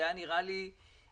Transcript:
זה היה נראה לי ממש,